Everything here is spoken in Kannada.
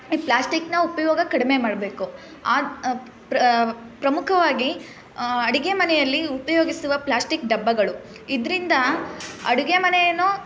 ಈ ಪ್ಲಾಸ್ಟಿಕ್ನ ಉಪಯೋಗ ಕಡಿಮೆ ಮಾಡಬೇಕು ಅದು ಪ್ರಮುಖವಾಗಿ ಅಡುಗೆ ಮನೆಯಲ್ಲಿ ಉಪಯೋಗಿಸುವ ಪ್ಲಾಸ್ಟಿಕ್ ಡಬ್ಬಗಳು ಇದರಿಂದ ಅಡುಗೆಮನೆ ಏನೋ